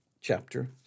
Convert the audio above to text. chapter